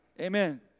Amen